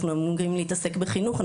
אנחנו אמורים להתעסק בחינוך,